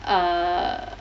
err